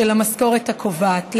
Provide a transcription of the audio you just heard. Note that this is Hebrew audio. של המשכורת הקובעת.